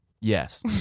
yes